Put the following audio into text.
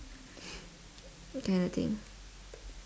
kind of thing